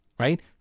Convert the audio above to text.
right